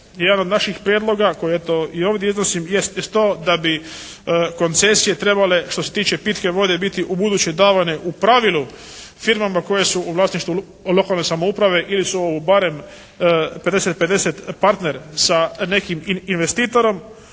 Jedan od naših prijedloga koje eto i ovdje iznosim jest to da bi koncesije trebale što se tiče pitke vode biti ubuduće davane u pravilu firmama koje su u vlasništvu lokalne samouprave ili su barem 50:50 partner sa nekim investitorom.